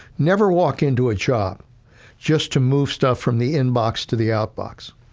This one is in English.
never walk into a job just to move stuff from the inbox to the outbox.